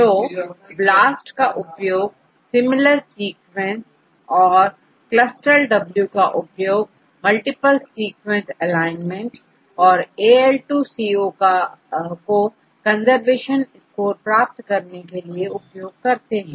तोBLAST का उपयोग similar sequences औरCLUSTAL W का उपयोग मल्टीप्ल सीक्वेंस एलाइनमेंट और AL2COको कंजर्वेशन स्कोर प्राप्त करने के लिए करते हैं